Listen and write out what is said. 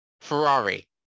Ferrari